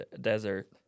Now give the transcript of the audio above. desert